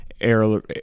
air